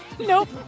Nope